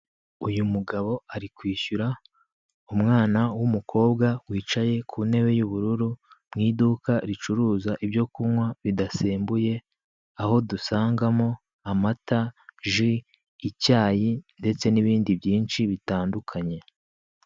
Uyu mugabo ari kwishyura umwana w'umukobwa wicaye ku ntebe y'ubururu, mu iduka ricuruza ibyo kunywa bidasembuye, aho dusangamo amata, ji, icyayi ndetse n'ibindi byinshi bitandukanye.